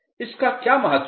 इसका क्या महत्व है